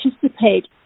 participate